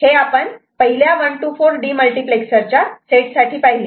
हे आपण पहिल्या 1 to 4 डीमल्टिप्लेक्सरच्या सेट साठी पहिले